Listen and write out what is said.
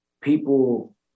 people